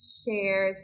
share